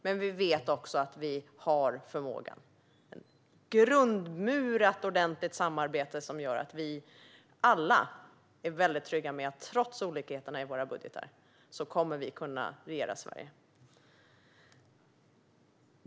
Vi vet dock också att vi har förmågan till ett grundmurat ordentligt samarbete som gör att vi alla är väldigt trygga med att vi trots olikheterna i våra budgetförslag kommer att kunna regera Sverige.